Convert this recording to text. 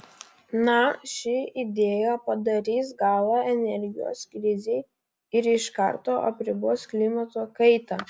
na ši idėja padarys galą energijos krizei ir iš karto apribos klimato kaitą